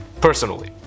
Personally